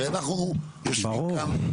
הרי, אנחנו יושבים כאן.